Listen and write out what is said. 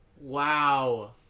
wow